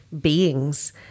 beings